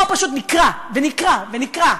בואו פשוט נקרע ונקרע ונקרע,